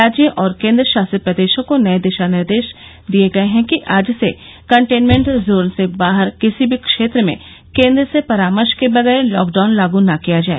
राज्यों और केंद्र शासित प्रदेशों को निर्देश दिए गए हैं कि आज से कन्टेनमेंट जोन से बाहर किसी मी क्षेत्र में केंद्र से परामर्श के बगेर लॉकडाउन लागू न किया जाए